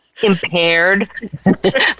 impaired